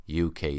UK